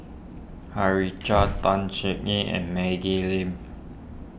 Harichandra Tan and Maggie Lim